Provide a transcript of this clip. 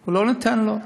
הוא לא נתן לו.